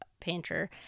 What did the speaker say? painter